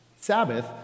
Sabbath